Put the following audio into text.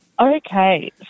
Okay